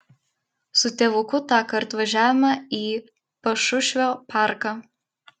su tėvuku tąkart važiavome į pašušvio parką